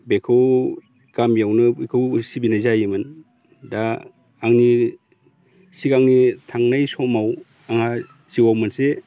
बेखौ गामियावनो बेखौ सिबिनाय जायोमोन दा आंनि सिगांनि थांनाय समाव आंहा जिउआव मोनसे